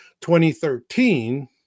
2013